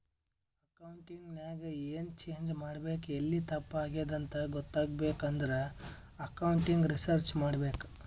accounting ನಾಗ್ ಎನ್ change ಮಾಡ್ಬೇಕ್ ಎಲ್ಲಿ ತಪ್ಪ ಆಗ್ಯಾದ್ ಅಂತ ಗೊತ್ತಾಗ್ಬೇಕ ಅಂದುರ್ ಅಕೌಂಟಿಂಗ್ ರಿಸರ್ಚ್ ಮಾಡ್ಬೇಕ್